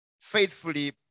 faithfully